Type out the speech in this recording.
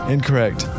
Incorrect